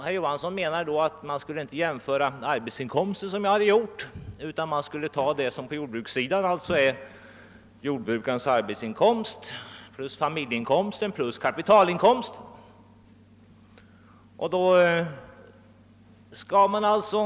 Herr Johanson menar att man inte skall jämföra arbetsinkomsten, vilket jag gjort, utan i stället ta det som på jordbrukarsidan innefattas i jordbrukarens arbetsinkomst plus familjeinkomsten plus kapitalinkomst. Detta är väl, herr Johanson, ingen jämlikhet.